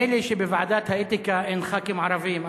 מילא שבוועדת האתיקה אין חברי כנסת ערבים.